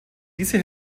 diese